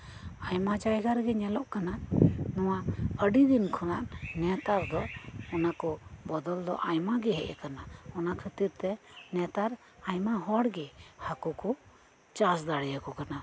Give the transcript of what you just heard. ᱟᱭᱢᱟ ᱡᱟᱭᱜᱟ ᱨᱮᱜᱮ ᱧᱮᱞᱚᱜ ᱠᱟᱱᱟ ᱱᱚᱶᱟ ᱟᱹᱰᱤ ᱫᱤᱱ ᱠᱷᱚᱱᱟᱜ ᱱᱮᱛᱟᱨ ᱫᱚ ᱚᱱᱟ ᱠᱚ ᱵᱚᱫᱚᱞ ᱫᱚ ᱟᱭᱢᱟ ᱜᱮ ᱦᱮᱡ ᱟᱠᱟᱱᱟ ᱚᱱᱟ ᱠᱷᱟᱹᱛᱤᱨ ᱛᱮ ᱱᱚᱛᱟᱨ ᱟᱭᱢᱟ ᱦᱚᱲ ᱜᱮ ᱦᱟᱠᱳ ᱠᱚ ᱪᱟᱥ ᱫᱟᱲᱮᱭᱟ ᱠᱚ ᱠᱟᱱᱟ